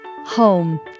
Home